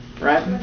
right